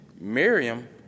Miriam